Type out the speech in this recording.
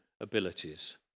abilities